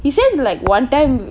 he said like one time